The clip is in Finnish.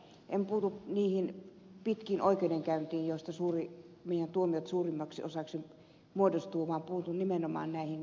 en puutu niihin pitkiin oikeudenkäynteihin joista meidän tuomiomme suurimmaksi osaksi muodostuvat vaan puutun nimenomaan näihin